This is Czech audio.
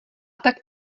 tak